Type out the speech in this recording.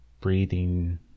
breathing